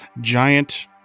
giant